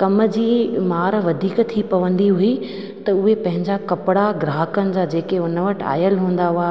कम जी मार वधीक थी पवंदी हुई त उहे पंहिंजा कपिड़ा ग्राहकनि जा जेके हुन वटि आयल हूंदा हुआ